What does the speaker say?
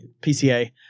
PCA